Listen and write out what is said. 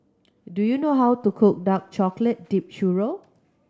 do you know how to cook dark chocolate dipped churro